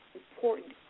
important